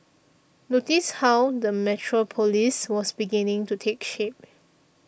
notice how the metropolis was beginning to take shape